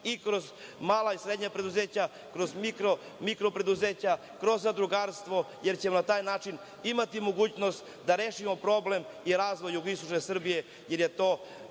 i kroz mala i srednja preduzeća, kroz mikro preduzeća, kroz zadrugarstvo, jer ćemo na taj način imati mogućnost da rešimo problem i razvoj jugoistočne Srbije, a to